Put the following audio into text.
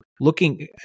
looking